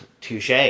touche